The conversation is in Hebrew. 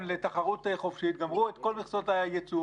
לתחרות חופשית וגמרו את כל מכסות הייצור.